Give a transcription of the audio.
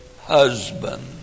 husband